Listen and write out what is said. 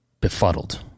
Befuddled